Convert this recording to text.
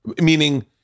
meaning